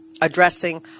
addressing